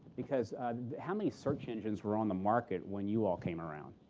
because how many search engines were on the market when you all came around?